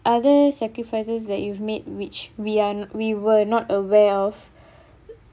other sacrifices that you've made which we are we were not aware of